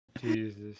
Jesus